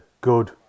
good